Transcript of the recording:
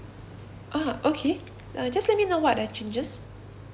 ah okay uh just let me know what are the changes